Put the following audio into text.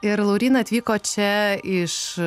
ir lauryna atvyko čia iš